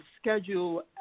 schedule